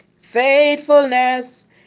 faithfulness